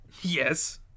yes